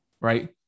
right